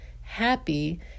happy